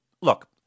Look